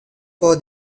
for